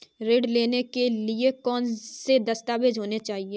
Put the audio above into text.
ऋण लेने के लिए कौन कौन से दस्तावेज होने चाहिए?